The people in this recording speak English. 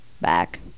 Back